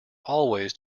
always